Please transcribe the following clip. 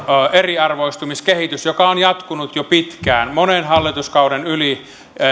eriarvoistumiskehitys joka on jatkunut jo pitkään monen hallituskauden yli